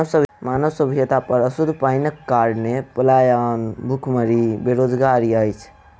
मानव सभ्यता पर अशुद्ध पाइनक कारणेँ पलायन, भुखमरी, बेरोजगारी अछि